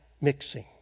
mixing